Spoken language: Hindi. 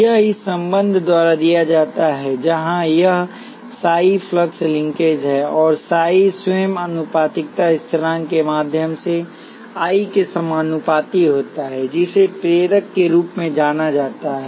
यह इस संबंध द्वारा दिया जाता है जहां यह साई फ्लक्स लिंकेज है और साई स्वयं आनुपातिकता स्थिरांक के माध्यम से I के समानुपाती होता है जिसे प्रेरक के रूप में जाना जाता है